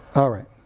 alright,